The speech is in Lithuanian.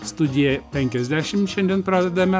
studija penkiasdešimt šiandien pradedame